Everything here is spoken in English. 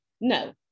No